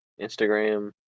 Instagram